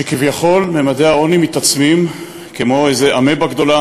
שכביכול ממדי העוני מתעצמים כמו איזו אמבה גדולה